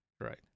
right